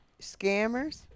Scammers